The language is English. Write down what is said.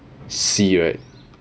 C right